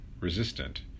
resistant